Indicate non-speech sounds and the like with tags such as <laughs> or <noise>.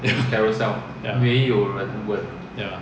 <laughs> ya ya